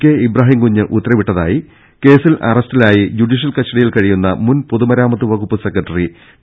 K Ibrahimkunju ഉത്തരവിട്ടതായി കേസിൽ അറസ്റ്റിലായി ജുഡീഷ്യൽ കസ്റ്റഡിയിൽ കഴിയുന്ന മുൻ പൊതു മരാമത്ത് വകുപ്പ് സെക്രട്ടറി ടി